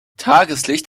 tageslicht